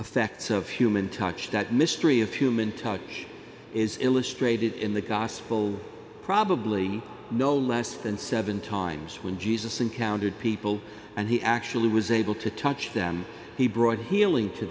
effects of human touch that mystery of human touch is illustrated in the gospel probably no less than seven times when jesus encountered people and he actually was able to touch them he brought healing to